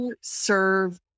Serve